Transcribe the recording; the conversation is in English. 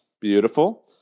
beautiful